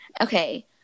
Okay